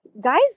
guys